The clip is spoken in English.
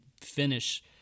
finish –